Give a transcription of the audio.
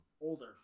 older